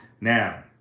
Now